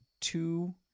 two